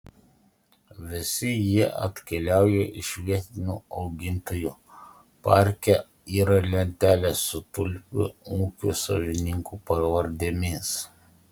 visi jie atkeliauja iš vietinių augintojų parke yra lentelės su tulpių ūkių savininkų pavardėmis